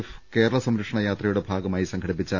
F Kerala സംരക്ഷണ യാത്രയുടെ ഭാഗമായി സംഘടിപ്പിച്ചു